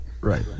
Right